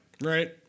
right